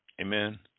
Amen